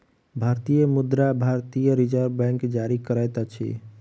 भारतीय मुद्रा भारतीय रिज़र्व बैंक जारी करैत अछि